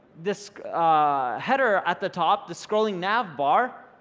this header at the top, the scrolling nav bar,